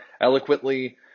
eloquently